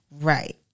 Right